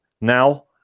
now